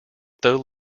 though